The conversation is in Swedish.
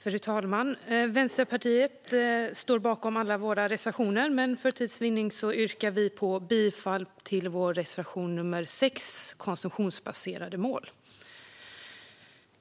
Fru talman! Vänsterpartiet står bakom alla våra reservationer, men för tids vinnande yrkar jag bifall endast till vår reservation nr 6 om konsumtionsbaserade mål.